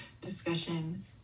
discussion